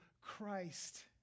Christ